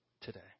today